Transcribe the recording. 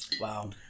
wow